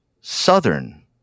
Southern